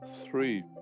three